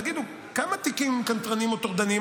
תגידו: כמה תיקים קנטרניים או טורדניים